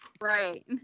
right